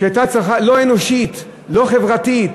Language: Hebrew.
לא אנושית, לא חברתית.